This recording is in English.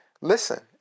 Listen